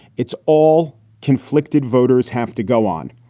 it's all conflicted. voters have to go on.